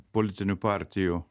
politinių partijų